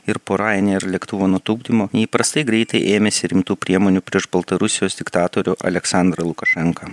ir po rajenėr lėktuvo nutupdymo neįprastai greitai ėmėsi rimtų priemonių prieš baltarusijos diktatorių aleksandrą lukašenką